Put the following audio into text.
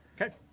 Okay